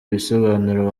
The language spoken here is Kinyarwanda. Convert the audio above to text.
bisobanuro